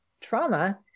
trauma